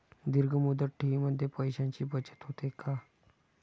दीर्घ मुदत ठेवीमध्ये पैशांची बचत होते का?